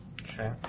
Okay